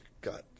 got